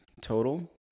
total